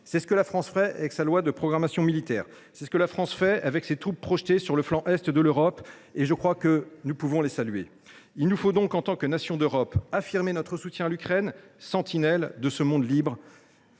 C’est ce que la France fait avec sa loi de programmation militaire et avec ses troupes projetées sur le flanc est de l’Europe – nous pouvons les saluer. Aussi nous faut il, en tant que nations d’Europe, affirmer notre soutien à l’Ukraine, sentinelle du monde libre